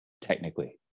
technically